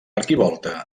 arquivolta